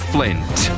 Flint